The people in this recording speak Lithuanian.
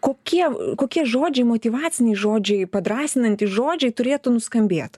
kokie kokie žodžiai motyvaciniai žodžiai padrąsinantys žodžiai turėtų nuskambėt